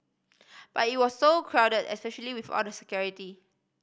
but it was so crowded especially with all the security